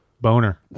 Boner